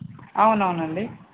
అవునవునండి